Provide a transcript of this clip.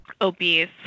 obese